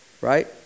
Right